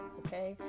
okay